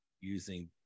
using